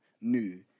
new